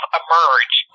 emerge